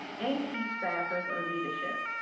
and key staffers or leadership,